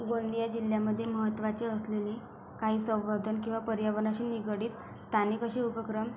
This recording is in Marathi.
गोंदिया जिल्ह्यामधी महत्वाचे असलेली काही संवर्धन किंवा पर्यावरणाशी निगडित स्थानिक असे उपक्रम